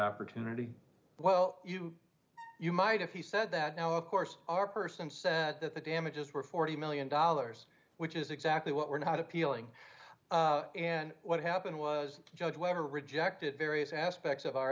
opportunity well you know you might if he said that now of course our person said that that the damages were forty million dollars which is exactly what we're not appealing and what happened was judge webber rejected various aspects of our